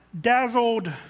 dazzled